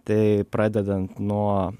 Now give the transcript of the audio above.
tai pradedant nuo